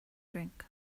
drink